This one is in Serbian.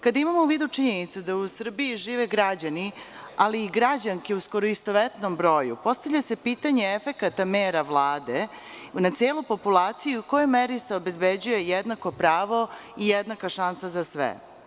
Kada imamo uvidu činjenicu da u Srbiji žive građani, ali i građanske u skoro istovetnom broju, postavlja se pitanje efekata mera Vlade na celu populaciju – u kojoj meri se obezbeđuje jednako pravo i jednaka šansa za sve?